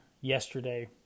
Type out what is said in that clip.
yesterday